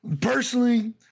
Personally